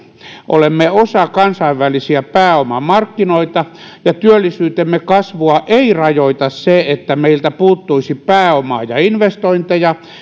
olemme osa kansainvälisiä pääomamarkkinoita ja työllisyytemme kasvua ei rajoita se että meiltä puuttuisi pääomaa ja investointeja